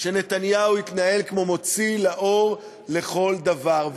שנתניהו התנהל כמו מוציא לאור לכל דבר.